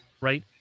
right